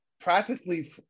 practically